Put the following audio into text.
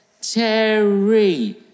Terry